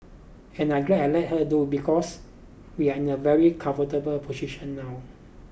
and I'm glad I let her do it because we're in a very comfortable position now